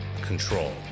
control